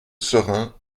serein